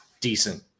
decent